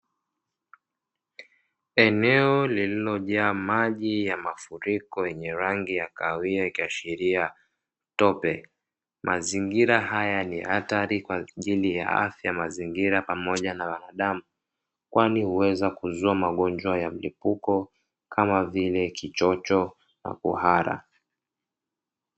Eneo lililojaa maji ya mafuriko yenye rangi ya kahawia ikiashiria tope, mazingira haya ni hatari kwa ajili ya afya, mazingira pamoja na binadamu kwani huweza kuzua magonjwa ya mlipuko kama vile kichocho na kuhara.